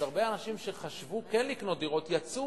אז הרבה אנשים שחשבו כן לקנות דירות יצאו